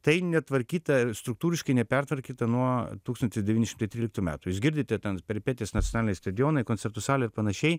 tai netvarkyta struktūriškai nepertvarkyta nuo tūkstantis devyni šimtai tryliktų metų jūs girdite ten peripetijas nacionaliniai stadionai koncertų salė ir panašiai